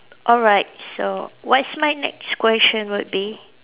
alright so what's my next question would be